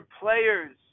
players